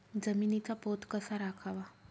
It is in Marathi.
जमिनीचा पोत कसा राखावा?